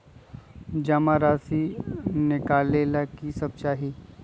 जमा राशि नकालेला कि सब चाहि?